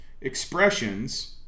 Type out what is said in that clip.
expressions